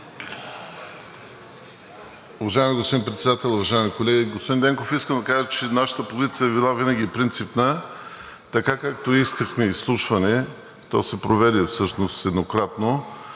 Уважаеми господин Председател, уважаеми колеги! Господин Денков, искам да кажа, че нашата позиция е била винаги принципна – така, както искахме изслушване, то се проведе всъщност еднократно.